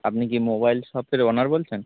আপনি কি মোবাইল শপের ওনার বলছেন